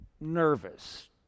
nervous